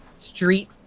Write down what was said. street